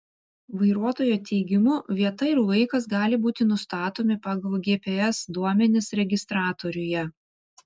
vairuotojo teigimu vieta ir laikas gali būti nustatomi pagal gps duomenis registratoriuje